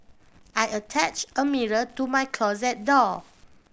I attach a mirror to my closet door